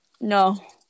No